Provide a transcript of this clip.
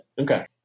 Okay